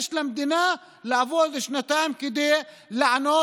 יש למדינה לעבוד שנתיים כדי לענות